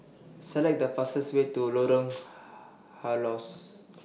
Select The fastest Way to Lorong Halus